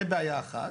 זה בעיה אחת.